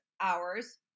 hours